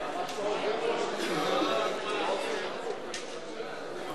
חד"ש ושל חבר הכנסת איתן כבל לסעיף 2 לא